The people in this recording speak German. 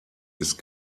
ist